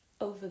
over